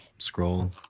scroll